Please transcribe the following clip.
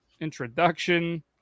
introduction